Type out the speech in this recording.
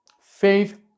Faith